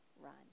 run